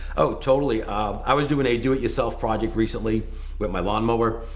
totally. um i was doing a do it yourself project recently with my lawnmower.